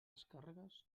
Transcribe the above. descàrregues